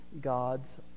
God's